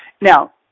Now